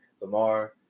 Lamar